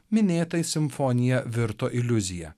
minėtai simfonija virto iliuzija